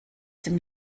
dem